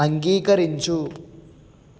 అంగీకరించు